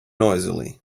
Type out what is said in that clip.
noisily